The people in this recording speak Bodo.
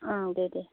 दे दे